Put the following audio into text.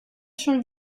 schon